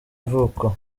ivuko